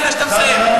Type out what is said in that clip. לפני שאתה מסיים,